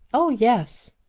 oh yes.